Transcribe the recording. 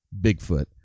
Bigfoot